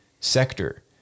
sector